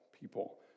people